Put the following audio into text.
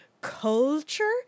culture